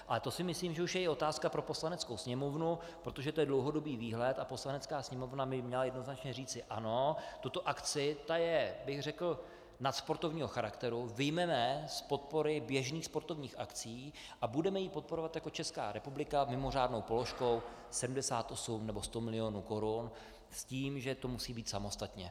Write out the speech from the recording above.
Ale to si myslím, že už je i otázka pro Poslaneckou sněmovnu, protože to je dlouhodobý výhled a Poslanecká sněmovna by měla jednoznačně říci ano, tuto akci, ta je řekl bych nadsportovního charakteru, vyjmeme z podpory běžných sportovních akcí a budeme ji podporovat jako Česká republika mimořádnou položkou 78 nebo 100 milionů korun s tím, že to musí být samostatně.